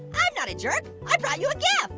i'm not a jerk. i brought you a gift.